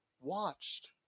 watched